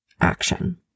action